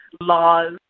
laws